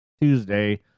Tuesday